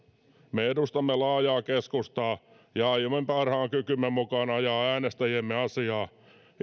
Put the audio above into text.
me edustamme laajaa keskustaa ja aiomme parhaan kykymme mukaan ajaa äänestäjiemme asiaa